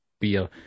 beer